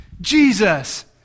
Jesus